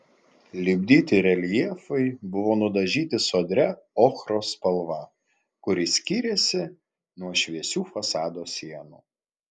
lipdyti reljefai buvo nudažyti sodria ochros spalva kuri skyrėsi nuo šviesių fasado sienų